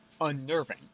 unnerving